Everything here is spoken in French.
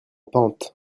pente